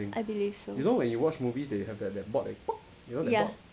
I believe so ya